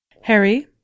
Harry